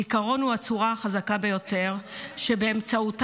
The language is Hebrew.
זיכרון הוא הצורה החזקה ביותר שבאמצעותה